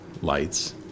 lights